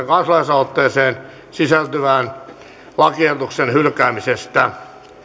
kansalaisaloitteeseen sisältyvän lakiehdotuksen hylkäämisestä